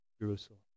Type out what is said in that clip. Jerusalem